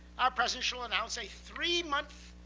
our president shall announce a three month